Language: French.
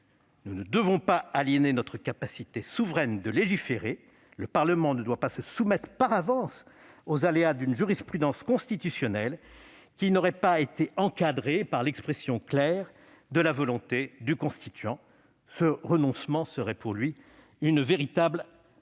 Nous ne devons pas aliéner notre capacité souveraine de légiférer. Le Parlement ne doit pas se soumettre par avance aux aléas d'une jurisprudence constitutionnelle qui n'aurait pas été encadrée par l'expression claire de la volonté du constituant. Ce renoncement serait pour lui une véritable abdication.